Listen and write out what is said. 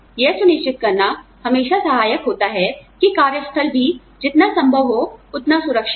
यह सुनिश्चित करना हमेशा सहायक होता है कि कार्य स्थल भी जितना संभव हो उतना सुरक्षित है